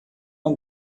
uma